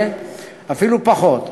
אפילו פחות,